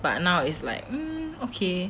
but now is like mm okay